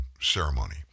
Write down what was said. ceremony